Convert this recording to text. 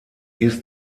ist